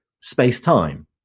space-time